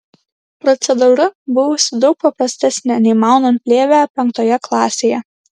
procedūra buvusi daug paprastesnė nei maunant plėvę penktoje klasėje